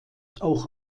auch